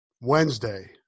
Wednesday